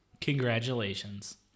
Congratulations